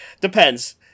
Depends